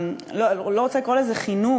אני לא רוצה לקרוא לזה חינוך,